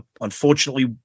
unfortunately